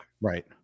Right